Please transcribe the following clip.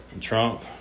Trump